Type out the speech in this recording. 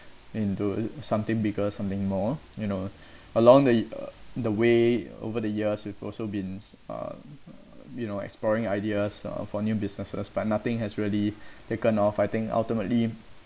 into something bigger something more you know along the year the way over the years we've also been uh you know exploring ideas uh for new businesses but nothing has really taken off I think ultimately